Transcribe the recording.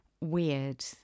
weird